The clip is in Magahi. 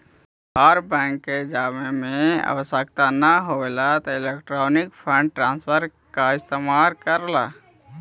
आर बैंक जावे के आवश्यकता न हवअ इलेक्ट्रॉनिक फंड ट्रांसफर का इस्तेमाल कर लअ